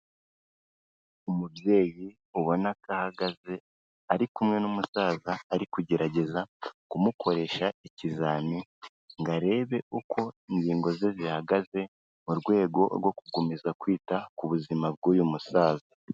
Umubyeyi ubona ko ahahagaze, ari kumwe n'umusaza ari kugerageza kumukoresha ikizami ngo arebe uko ingingo ze zihagaze, mu rwego rwo gukomeza kwita ku buzima bw'uyu musaza.